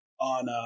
on